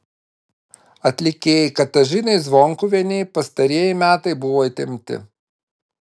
atlikėjai katažinai zvonkuvienei pastarieji metai buvo įtempti